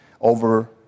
over